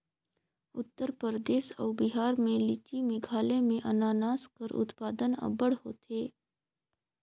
उत्तर परदेस अउ बिहार में लीची, मेघालय में अनानास कर उत्पादन अब्बड़ होथे